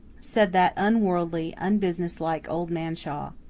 said that unworldly, unbusinesslike old man shaw.